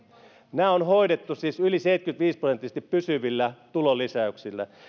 nämä on hoidettu siis yli seitsemänkymmentäviisi prosenttisesti pysyvillä tulonlisäyksillä